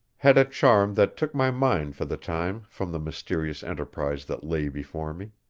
had a charm that took my mind for the time from the mysterious enterprise that lay before me.